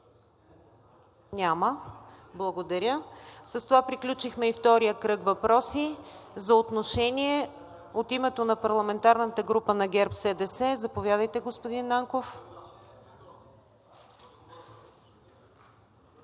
Няма. Благодаря. С това приключихме и втория кръг въпроси. За отношение от името на парламентарната група на ГЕРБ-СДС? Заповядайте, господин Нанков.